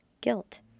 guilt